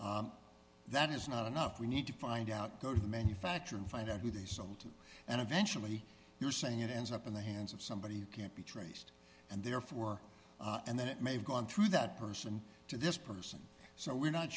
was that is not enough we need to find out go to the manufacturer and find out who they sold and eventually you're saying it ends up in the hands of somebody who can't be traced and therefore and then it may have gone through that person to this person so we're not